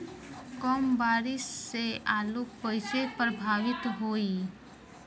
कम बारिस से आलू कइसे प्रभावित होयी?